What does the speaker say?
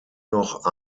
noch